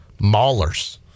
Maulers